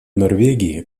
норвегии